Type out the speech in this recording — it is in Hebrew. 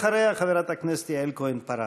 אחריה, חברת הכנסת יעל כהן-פארן.